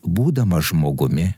būdamas žmogumi